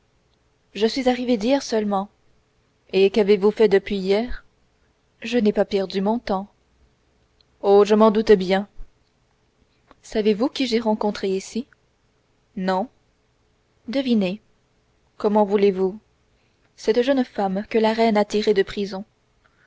je suis arrivée d'hier seulement et qu'avez-vous fait depuis hier je n'ai pas perdu mon temps oh je m'en doute bien savez-vous qui j'ai rencontré ici non devinez comment voulez-vous cette jeune femme que la reine a tirée de prison